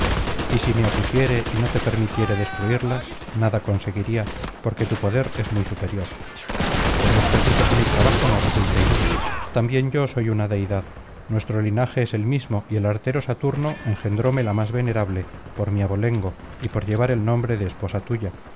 y si me opusiere y no te permitiere destruirlas nada conseguiría porque tu poder es muy superior pero es preciso que mi trabajo no resulte inútil también yo soy una deidad nuestro linaje es el mismo y el artero saturno engendróme la más venerable por mi abolengo y por llevar el nombre de esposa tuya